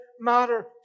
Matter